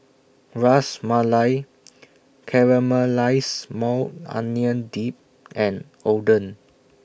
Ras Malai Caramelized Maui Onion Dip and Oden